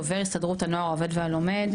דובר הסתדרות ׳הנוער העובד והלומד׳.